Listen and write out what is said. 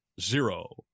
zero